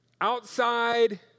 outside